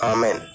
Amen